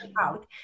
out